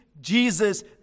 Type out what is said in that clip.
Jesus